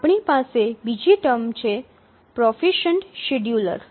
આપણી પાસે બીજી ટર્મ છે પ્રોફિશન્ટ શિડ્યુલર